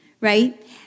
right